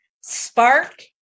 Spark